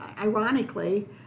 ironically